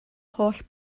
holl